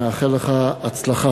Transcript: אני מאחל לך הצלחה.